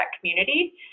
community